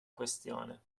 questione